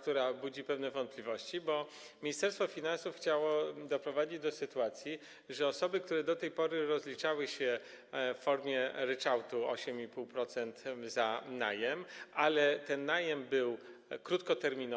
która budzi pewne wątpliwości, bo Ministerstwo Finansów chciało doprowadzić do sytuacji, że osoby, które do tej pory rozliczały się w formie ryczałtu 8,5% za najem, ale ten najem był krótkoterminowy.